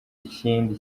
ikindi